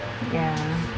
ya